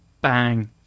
bang